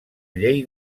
llei